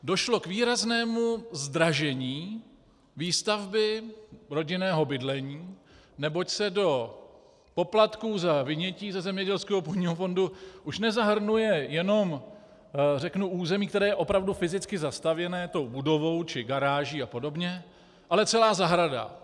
Došlo k výraznému zdražení výstavby rodinného bydlení, neboť se do poplatků za vynětí ze zemědělského půdního fondu už nezahrnuje jenom území, které je opravdu fyzicky zastavěné tou budovou či garáží apod., ale celá zahrada.